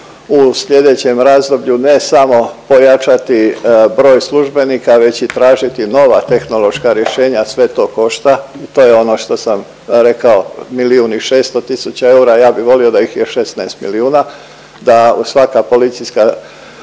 u slijedećem razdoblju ne samo pojačati broj službenika već i tražiti nova tehnološka rješenja, sve to košta, to je ono što sam rekao milijun i 600 tisuća eura, ja bi volio da ih je 16 milijuna, da svaka policijska postaja